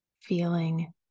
feeling